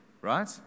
Right